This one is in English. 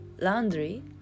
laundry